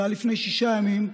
זה היה לפני שישה ימים,